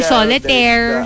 Solitaire